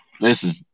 Listen